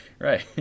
right